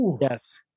Yes